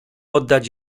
oddać